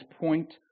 point